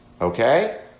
okay